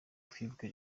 twibuke